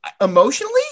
emotionally